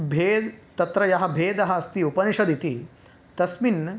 भेद् तत्र यः भेदः अस्ति उपनिषदिति तस्मिन्